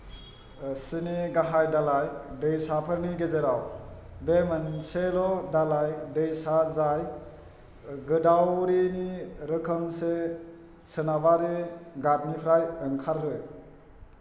स्नि स्नि गाहाय दालाय दैसाफोरनि गेजेराव बे मोनसेल' दालाय दैसा जाय गदावारिनि रोखोमसे सोनाबारि घाटनिफ्राय ओंखारो